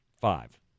Five